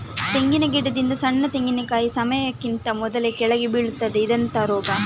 ತೆಂಗಿನ ಗಿಡದಿಂದ ಸಣ್ಣ ತೆಂಗಿನಕಾಯಿ ಸಮಯಕ್ಕಿಂತ ಮೊದಲೇ ಕೆಳಗೆ ಬೀಳುತ್ತದೆ ಇದೆಂತ ರೋಗ?